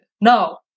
No